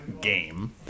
game